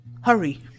Hurry